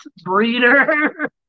breeder